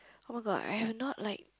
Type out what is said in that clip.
[oh]-my-god I have not like